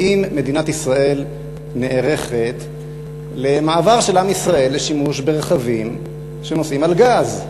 האם מדינת ישראל נערכת למעבר של עם ישראל לשימוש ברכבים שנוסעים על גז?